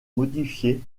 modifié